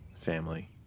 family